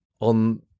on